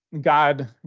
God